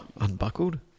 Unbuckled